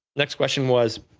next question was,